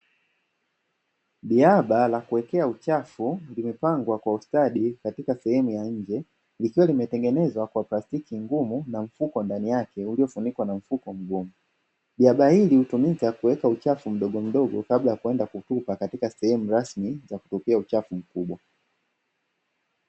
Jaba la kuwekea uchafu limepangwa kwa ustadi katika sehemu ya nje, likiwa limetengenezwa kwa plastiki ngumu na mfuko ndani yake uliofunikwa na mfuko mgumu, jaba hili hutumika kuweka uchafu mdogomdogo kabla ya kwenda kutupa katika sehemu rasmi za kutupia uchafu mkubwa.